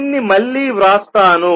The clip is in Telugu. దీన్ని మళ్ళీ వ్రాస్తాను